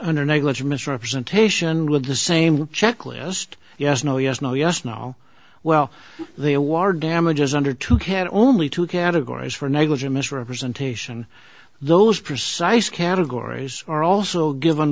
under negligent misrepresentation with the same checklist yes no yes no yes now well the award damages under two can only two categories for negligent misrepresentation those precise categories are also given